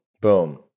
Boom